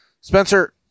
Spencer